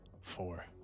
Four